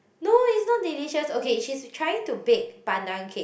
no is not delicious okay she's trying to bake pandan cake